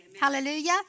Hallelujah